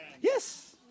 Yes